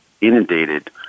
inundated